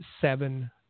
seven